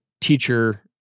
teacher